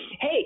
Hey